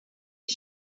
gas